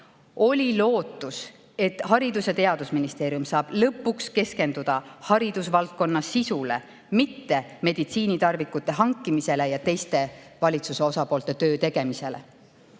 Oli lootus, et Haridus‑ ja Teadusministeerium saab lõpuks keskenduda haridusvaldkonnas töö sisule, mitte meditsiinitarvikute hankimisele ja teiste valitsuse osapoolte töö tegemisele.